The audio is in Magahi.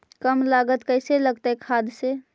कम लागत कैसे लगतय खाद से?